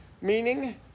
meaning